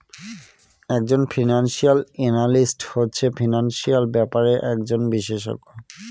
এক জন financial analyst হচ্ছে ফিনান্সিয়াল ব্যাপারের একজন বিশষজ্ঞ